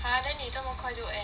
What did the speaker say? !huh! then 你这么快就 end